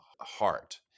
heart